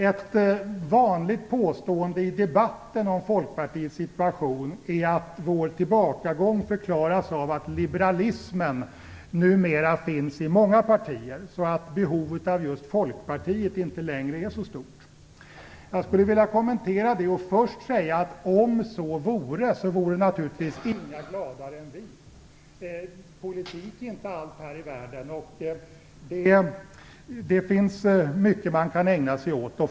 Ett vanligt påstående i debatten om Folkpartiets situation är att vår tillbakagång förklaras av att liberalismen numera finns i många partier så att behovet av just Folkpartiet inte längre är så stort. Om så vore skulle naturligtvis ingen vara gladare än vi. Politik är inte allt här i världen. Det finns mycket man kan ägna sig åt.